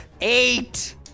Eight